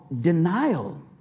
denial